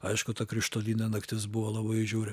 aišku ta krištolinė naktis buvo labai žiauri